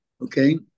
Okay